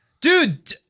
Dude